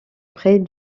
près